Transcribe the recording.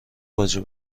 باجه